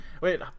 Wait